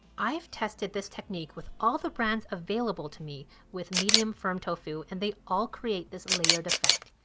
i've tested this techique with all the brands available to me with medium firm tofu and they all create this layered effect.